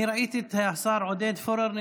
ראיתי את השר עודד פורר.